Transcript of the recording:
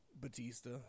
Batista